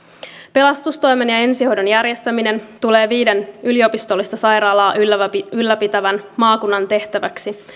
pelastustoimen ja ensihoidon järjestäminen tulee viiden yliopistollista sairaalaa ylläpitävän ylläpitävän maakunnan tehtäväksi